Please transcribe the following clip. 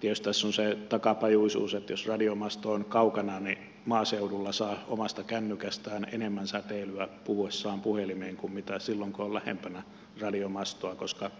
tietysti tässä on se takapajuisuus että jos radiomasto on kaukana niin maaseudulla saa omasta kännykästään enemmän säteilyä puhuessaan puhelimeen kuin silloin kun on lähempänä radiomastoa koska